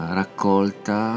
raccolta